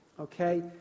okay